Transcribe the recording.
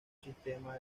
sistema